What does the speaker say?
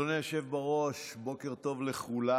אדוני היושב בראש, בוקר טוב לכולם.